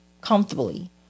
comfortably